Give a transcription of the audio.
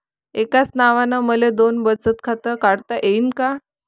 एकाच नावानं मले दोन बचत खातं काढता येईन का?